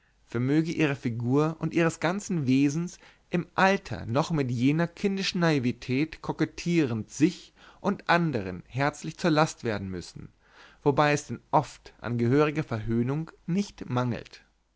vermöge ihrer figur und ihres ganzen wesens im alter noch mit jener kindischen naivität kokettierend sich und andern herzlich zur last werden müssen wobei es denn oft an gehöriger verhöhnung nicht mangelt